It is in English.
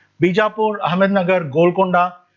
bijapur, ahmednagar, golconda,